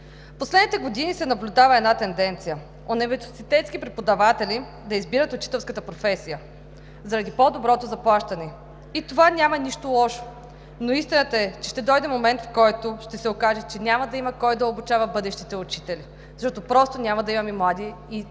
последните години се наблюдава една тенденция – университетски преподаватели да избират учителската професия заради по-доброто заплащане. В това няма нищо лошо, но истината е, че ще дойде момент, в който ще се окаже, че няма да има кой да обучава бъдещите учители, защото просто няма да имаме млади